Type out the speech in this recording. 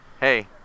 Hey